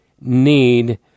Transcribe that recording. need